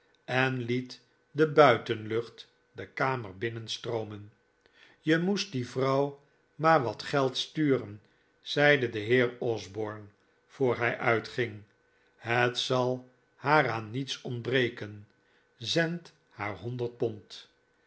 en liet de buitenlucht de kamer binnenstroomen je moest die vrouw maar wat geld sturen zeide de heer osborne voor hij uitging het zal haar aan niets ontbreken zend haar honderd pond